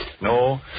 No